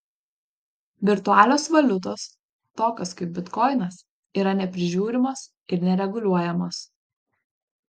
virtualios valiutos tokios kaip bitkoinas yra neprižiūrimos ir nereguliuojamos